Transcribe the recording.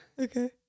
Okay